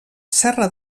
serra